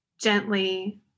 gently